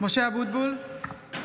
משה אבוטבול,